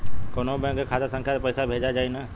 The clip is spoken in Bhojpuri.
कौन्हू बैंक के खाता संख्या से पैसा भेजा जाई न?